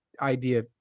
idea